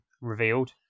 revealed